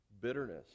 Bitterness